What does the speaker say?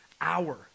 hour